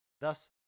thus